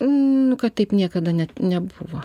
nu kad taip niekada net nebuvo